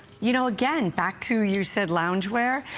you know again, back to you set loungewear.